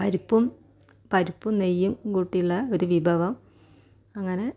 പരിപ്പും പരിപ്പും നെയ്യും കൂട്ടിയുള്ള ഒരു വിഭവം അങ്ങനെ